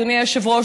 אדוני היושב-ראש,